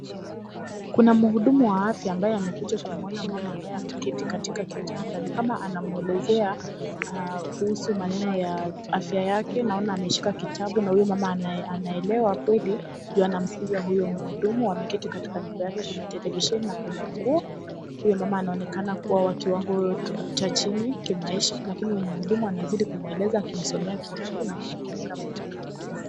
Kuna mhudumu wa afya ambaye amekuja kumwona mama ambaye ameketi katika kitanda ni kama anamwelezea kuhusu maneno ya afya yake naona ameshika kitabu na huyu mama anaelewa kweli ju ana msikiza huyu mhudumu , wameketi katika nyumba yake kuna televisheni na kuna nguo , huyu mama anaonekana kuwa kiwango cha chini kimaisha lakini huyu mhudumu anazidi kumweleza akimsomea kitabu na kumweleza maelezi.